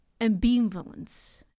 Ambivalence